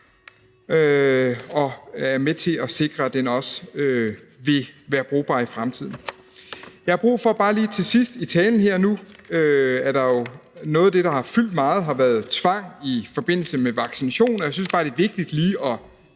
og er med til at sikre, at den også vil være brugbar i fremtiden. Jeg har bare lige her til sidst i talen brug for at sige noget om tvang. Nu har noget af det, der har fyldt meget, været tvang i forbindelse med vaccination, og jeg synes bare, det er vigtigt lige at